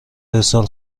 ارسال